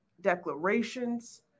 declarations